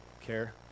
care